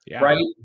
right